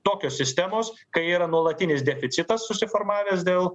tokios sistemos kai yra nuolatinis deficitas susiformavęs dėl